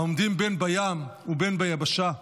העומדים בין בים ובין ביבשה.